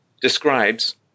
describes